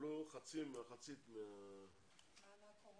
יקבלו מחצית -- ממענק הקורונה.